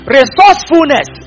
resourcefulness